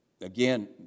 Again